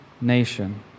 nation